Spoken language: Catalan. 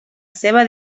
seva